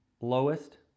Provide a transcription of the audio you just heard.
lowest